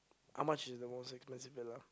how much is the most expensive villa